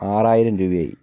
ആറായിരം രൂപയായി